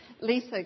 Lisa